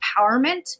empowerment